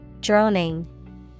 droning